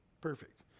Perfect